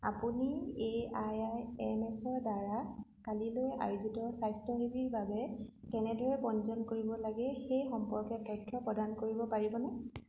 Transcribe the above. আপুনি A I I এমছৰদ্বাৰা কালিলৈ আয়োজিত স্বাস্থ্য শিবিৰ বাবে কেনেদৰে পঞ্জীয়ন কৰিব লাগে সেই সম্পৰ্কে তথ্য প্ৰদান কৰিব পাৰিবনে